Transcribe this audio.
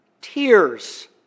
tears